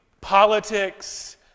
politics